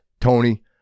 Tony